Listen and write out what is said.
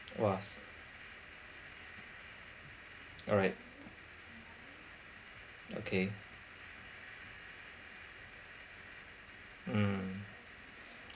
!wah! s~ alright okay mm